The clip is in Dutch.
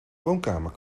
woonkamer